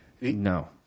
No